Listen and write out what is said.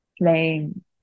playing